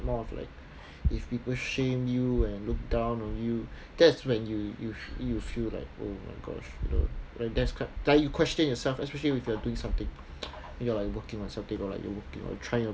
more of like if people shame you and look down on you that's when you you you feel like oh my gosh you know when that's c~ ya you question yourself especially if you are doing something you are like working on something on like you are working or trying